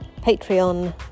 Patreon